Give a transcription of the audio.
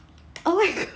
oh my god